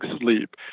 sleep